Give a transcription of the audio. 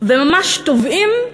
וממש טובעים,